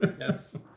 yes